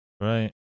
Right